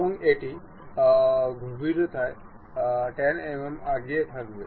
এবং এটি গভীরতায় 10 mm এগিয়ে থাকবে